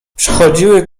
przechodziły